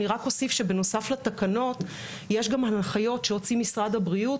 אני רק אוסיף שבנוסף לתקנות יש גם הנחיות שהוציא משרד הבריאות